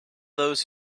those